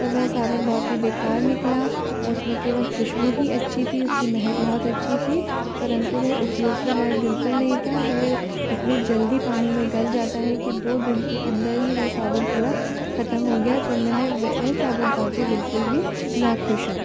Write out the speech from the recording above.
तो वह साबुन बहुत ही बेकार निकला और उसमें केवल खुशबू ही अच्छी थी उसकी महक बहुत अच्छी थी परंतु वह उपयोग के लायक बिल्कुल नहीं था वह इतनी जल्दी पानी में गल जाता है कि दो दिन के अंदर ही वह साबुन पूरा ख़त्म हो गया तो मैं वह साबुन पाकर बिल्कुल भी नाखुश हूँ